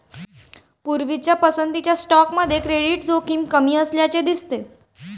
पूर्वीच्या पसंतीच्या स्टॉकमध्ये क्रेडिट जोखीम कमी असल्याचे दिसते